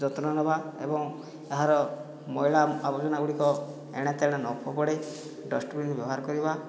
ଯତ୍ନ ନେବା ଏବଂ ଏହାର ମଇଳା ଆବର୍ଜନା ଗୁଡ଼ିକ ଏଣେତେଣେ ନ ଫୋପାଡ଼ି ଡଷ୍ଟବିନ ବ୍ୟବହାର କରିବା